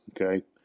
Okay